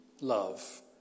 love